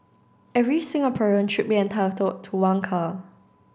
every Singaporean should be entitled to one car